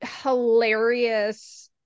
hilarious